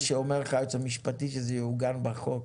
מה שאומר לך היועץ המשפטי שזה יעוגן בחוק.